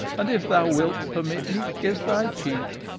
and if thou wilt permit me, kiss thy cheek.